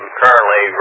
currently